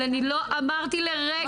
אבל אני לא אמרתי לרגע,